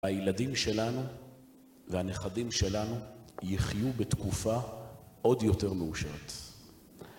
הילדים שלנו והנכדים שלנו יחיו בתקופה עוד יותר מאושרת.